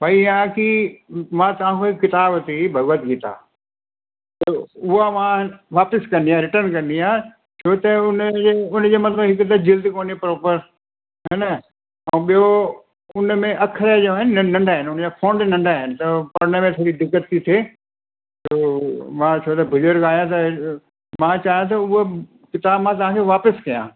भई आहे की मां तव्हांखां हिकु किताबु वरिती भॻवत गीता त उहा मां वापसि करिणी आहे रिटन करिणी आहे छो त हुन इहा हुनजे मथां हिकु त जल्दी कोने प्रोपर हैना ऐं ॿियों हुन में अख़र जो आहिनि नंढा आहिनि हुनजा फॉन्ट नंढा आहिनि त हुन में थोरी दिक़त थी थिए त मां थोरो बुज़ुर्गु आहियां त मां चवां थो उहा किताब मां तव्हांखे वापसि कया